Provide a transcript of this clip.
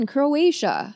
Croatia